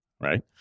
right